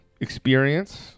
experience